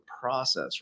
process